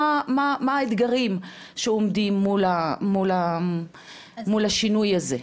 מה האתגרים שעומדים מול השינוי הזה?